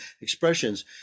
expressions